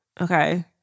Okay